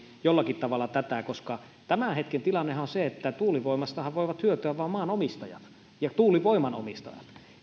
jollakin tavalla tätä koska tämän hetken tilannehan on se että tuulivoimastahan voivat hyötyä vain maanomistajat ja tuulivoiman omistajat